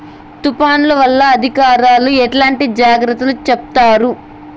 తుఫాను వల్ల అధికారులు ఎట్లాంటి జాగ్రత్తలు చెప్తారు?